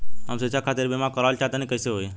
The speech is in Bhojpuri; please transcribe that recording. हम शिक्षा खातिर बीमा करावल चाहऽ तनि कइसे होई?